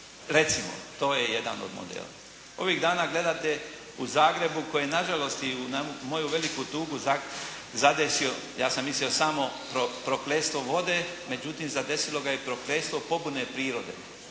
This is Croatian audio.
Recimo, to je jedan od modela. Ovih dana gledate u Zagrebu koji je nažalost i na moju veliku tugu zadesio, ja sam mislio samo prokletstvo vode, međutim zadesilo ga je i prokletstvo pobune prirode.